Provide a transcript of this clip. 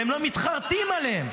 והם לא מתחרטים עליהם.